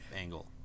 angle